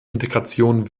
integration